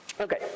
Okay